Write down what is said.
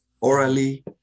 orally